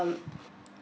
um